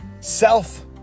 self